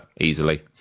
easily